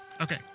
Okay